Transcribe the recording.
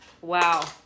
Wow